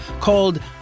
called